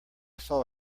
saw